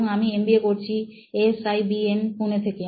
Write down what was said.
এবং আমি এমবিএ করছি এসআইবিএম পুণে থেকে